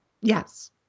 Yes